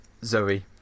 Zoe